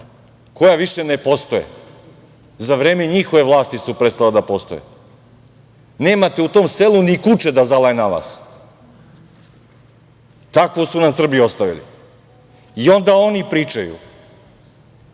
koja više ne postoje. Za vreme njihove vlasti su prestala da postoje. Nemate u tom selu ni kuče da zalaje na vas. Takvu su nam Srbiju ostavili.I onda oni pričaju